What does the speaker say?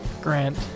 Grant